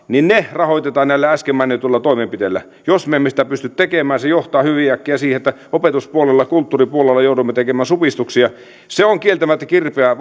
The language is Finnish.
rahoitetaan näillä äsken mainituilla toimenpiteillä jos me emme pysty sitä tekemään se johtaa hyvin äkkiä siihen että opetuspuolella ja kulttuuripuolella joudumme tekemään supistuksia se on kieltämättä kirpeä